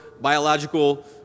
biological